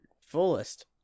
fullest